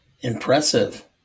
impressive